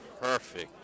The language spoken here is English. Perfect